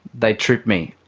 they tripped me.